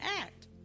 act